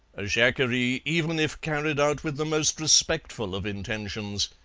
a jacquerie, even if carried out with the most respectful of intentions,